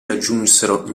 raggiunsero